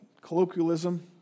colloquialism